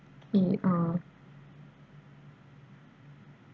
okay uh